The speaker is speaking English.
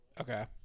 okay